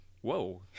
whoa